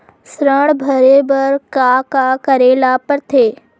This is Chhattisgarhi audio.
ऋण भरे बर का का करे ला परथे?